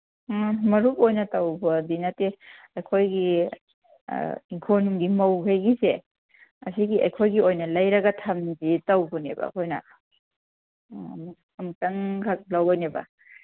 ꯎꯝ ꯃꯔꯨꯞ ꯑꯣꯏꯅ ꯇꯧꯕꯗꯤ ꯅꯠꯇꯦ ꯑꯩꯈꯣꯏꯒꯤ ꯍꯤꯡꯈꯣꯜꯅꯨꯡꯒꯤ ꯃꯧꯒꯩꯒꯤꯁꯦ ꯑꯁꯤꯒꯤ ꯑꯩꯈꯣꯏꯒꯤ ꯑꯣꯏꯅ ꯂꯩꯔꯒ ꯊꯝꯁꯤ ꯇꯧꯕꯅꯦꯕ ꯑꯩꯈꯣꯏꯅ ꯑꯝꯇꯪꯈꯛ ꯂꯧꯒꯅꯦꯕ